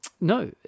No